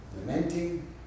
lamenting